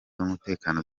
z’umutekano